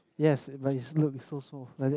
yes but his look is so small like that